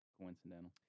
coincidental